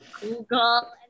google